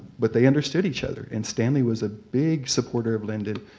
but they understood each other. and stanley was a big supporter of lyndon.